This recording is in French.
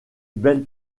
belle